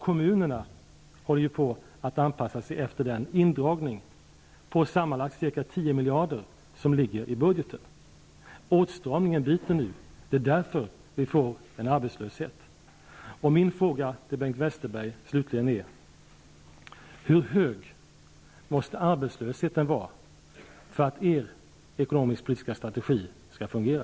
Kommunerna håller på att anpassa sig efter den indragning på sammanlagt ca 10 miljarder som ligger i budgeten. Åtstramningen biter nu, och det är därför vi får arbetslöshet. Min fråga till Bengt Westerberg är slutligen: Hur hög måste arbetslösheten vara för att er ekonomisk-politiska strategi skall fungera?